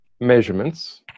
measurements